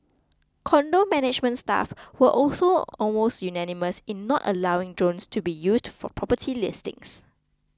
condo management staff were also almost unanimous in not allowing drones to be used for property listings